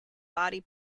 body